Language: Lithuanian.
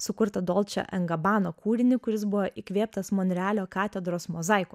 sukurtą dolče engabano kūrinį kuris buvo įkvėptas monrealio katedros mozaikų